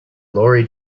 lorry